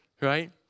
right